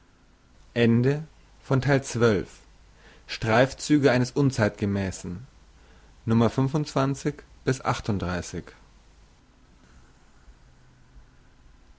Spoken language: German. streifzüge eines unzeitgemässen